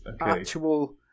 Actual